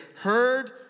heard